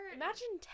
imagine